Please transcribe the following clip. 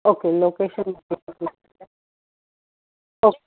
okay location મોકલું okay